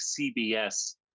CBS